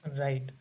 Right